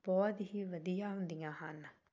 ਬਹੁਤ ਹੀ ਵਧੀਆ ਹੁੰਦੀਆਂ ਹਨ